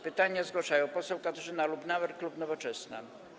Pytanie zgłasza poseł Katarzyna Lubnauer, klub Nowoczesna.